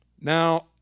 Now